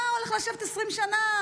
אתה הולך לשבת 20 שנה,